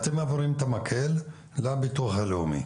אתם מעבירים את המקל לביטוח הלאומי.